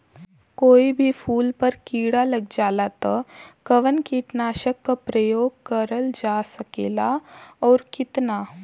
कोई भी फूल पर कीड़ा लग जाला त कवन कीटनाशक क प्रयोग करल जा सकेला और कितना?